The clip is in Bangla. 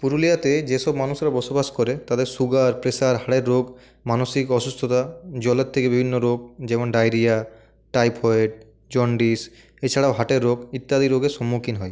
পুরুলিয়াতে যেসব মানুষেরা বসবাস করে তাদের সুগার প্রেশার হাড়ের রোগ মানসিক অসুস্থতা জলের থেকে বিভিন্ন রোগ যেমন ডায়রিয়া টাইফয়েড জন্ডিস এছাড়াও হার্টের রোগ ইত্যাদি রোগের সম্মুখীন হয়